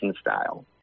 style